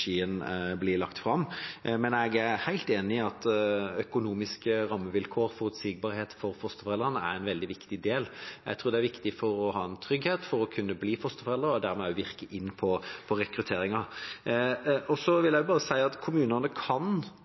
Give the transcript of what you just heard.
økonomiske rammevilkår og forutsigbarhet for fosterforeldrene er en veldig viktig del. Jeg tror det er viktig for å ha en trygghet for å kunne bli fosterforeldre, og at det også virker inn på rekrutteringen. Så vil jeg bare si at kommunene også i dag kan